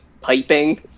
piping